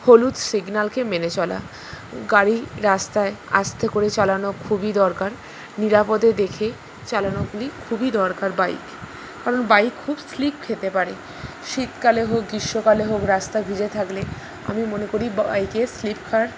হলুদ সিগনালকে মেনে চলা গাড়ি রাস্তায় আস্তে করে চালানো খুবই দরকার নিরাপদে দেখে চালানো খুবই দরকার বাইক কারণ বাইক খুব স্লিপ খেতে পারে শীতকালে হোক গ্রীষ্মকালে হোক রাস্তা ভিজে থাকলে আমি মনে করি বাইকে স্লিপ খাওয়ার